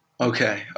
okay